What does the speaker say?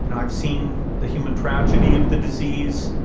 and i've seen the human tragedy of the disease.